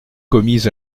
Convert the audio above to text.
commis